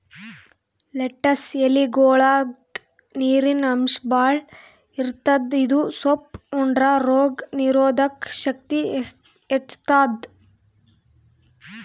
lettuce ಎಲಿಗೊಳ್ದಾಗ್ ನೀರಿನ್ ಅಂಶ್ ಭಾಳ್ ಇರ್ತದ್ ಇದು ಸೊಪ್ಪ್ ಉಂಡ್ರ ರೋಗ್ ನೀರೊದಕ್ ಶಕ್ತಿ ಹೆಚ್ತಾದ್